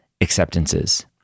acceptances